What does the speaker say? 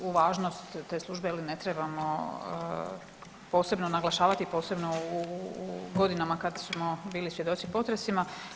U važnost te službe je li ne trebamo posebno naglašavati posebno u godinama kad smo bili svjedoci potresima.